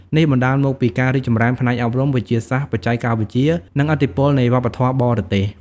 នេះបណ្តាលមកពីការរីកចម្រើនផ្នែកអប់រំ វិទ្យាសាស្ត្រ បច្ចេកវិទ្យា និងឥទ្ធិពលនៃវប្បធម៌បរទេស។